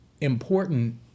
important